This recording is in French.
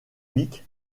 mick